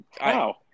wow